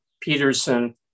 Peterson